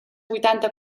vuitanta